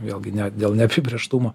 vėlgi ne dėl neapibrėžtumo